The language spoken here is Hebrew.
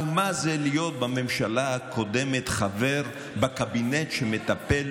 מה זה להיות בממשלה הקודמת חבר בקבינט שמטפל